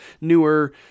newer